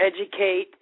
educate